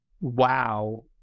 wow